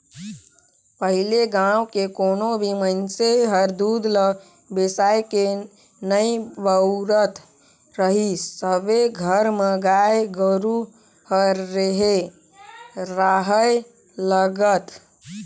पहिले गाँव के कोनो भी मइनसे हर दूद ल बेसायके नइ बउरत रहीस सबे घर म गाय गोरु ह रेहे राहय लगत